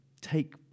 take